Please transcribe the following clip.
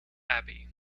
abbey